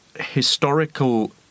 historical